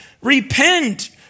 Repent